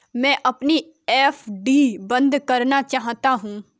मैं अपनी एफ.डी बंद करना चाहता हूँ